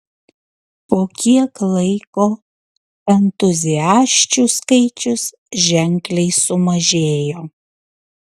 po kiek laiko entuziasčių skaičius ženkliai sumažėjo